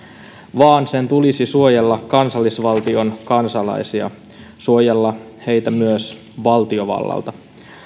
vaan sen tulisi suojella kansallisvaltion kansalaisia suojella heitä myös valtiovallalta